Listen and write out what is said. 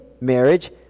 marriage